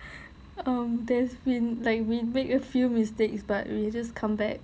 um there's been like we make a few mistakes but we just come back